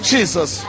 Jesus